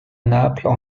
naples